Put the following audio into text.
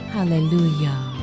Hallelujah